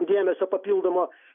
dėmesio papildomo